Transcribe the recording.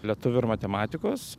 lietuvių ir matematikos